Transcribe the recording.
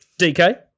DK